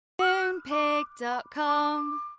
Moonpig.com